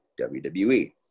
WWE